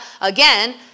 again